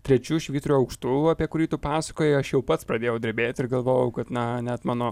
trečiu švyturio aukštu apie kurį tu pasakojai aš jau pats pradėjau drebėt ir galvojau kad na net mano